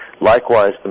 Likewise